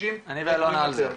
אני ואלון על זה,